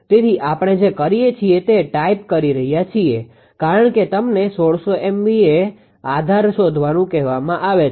તેથી આપણે જે કરીએ છીએ તે ટાઇપ કરી રહ્યા છીએ કારણ કે તમને 1600 MVA આધાર શોધવાનું કહેવામાં આવે છે